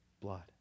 blood